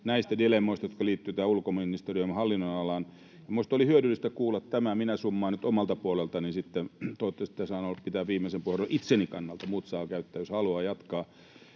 näistä dilemmoista, jotka liittyvät ulkoministeriön hallinnonalaan, niin minusta oli hyödyllistä kuulla tämä ja minä summaan nyt omalta puoleltani sitten. Toivottavasti tässä saan pitää viimeisen puheenvuoron nyt itseni kannalta — muut saavat käyttää, jos haluavat jatkaa.